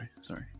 sorry